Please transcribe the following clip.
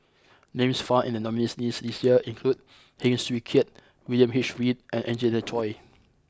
names found in the nominees' list this year include Heng Swee Keat William H Read and Angelina Choy